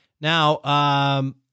Now